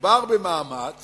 מדובר במאמץ